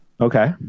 Okay